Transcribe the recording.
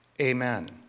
Amen